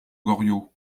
goriot